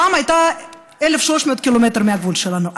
פעם היא הייתה 1,300 ק"מ מהגבול שלנו,